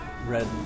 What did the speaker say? red